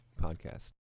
podcast